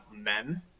men